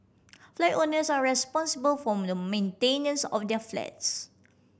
flat owners are responsible form the maintenance of their flats